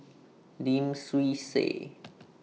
Lim Swee Say